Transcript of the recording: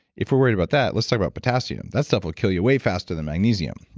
if we worry about that, let's talk about potassium. that stuff will kill you way faster than magnesium.